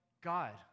God